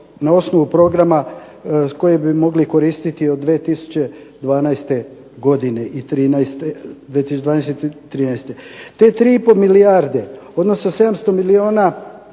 na osnovu programa koje bi mogli koristiti od 2012. godine i 13. Te tri i pol milijarde odnosno 700 milijuna